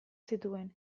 zituen